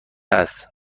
است